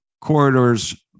corridors